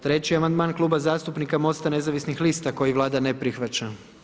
Treći amandman Kluba zastupnika Mosta nezavisnih lista koji Vlada ne prihvaća.